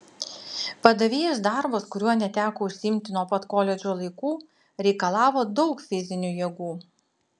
padavėjos darbas kuriuo neteko užsiimti nuo pat koledžo laikų reikalavo daug fizinių jėgų